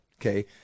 okay